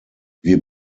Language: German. wir